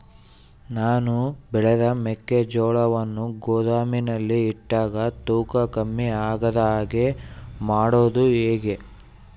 ನಾನು ಬೆಳೆದ ಮೆಕ್ಕಿಜೋಳವನ್ನು ಗೋದಾಮಿನಲ್ಲಿ ಇಟ್ಟಾಗ ತೂಕ ಕಮ್ಮಿ ಆಗದ ಹಾಗೆ ಮಾಡೋದು ಹೇಗೆ?